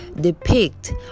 depict